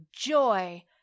joy